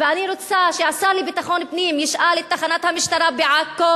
אני רוצה שהשר לביטחון פנים ישאל את תחנת המשטרה בעכו